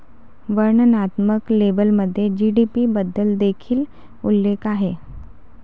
वर्णनात्मक लेबलमध्ये जी.डी.पी बद्दल देखील उल्लेख आहे